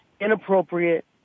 inappropriate